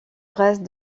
reste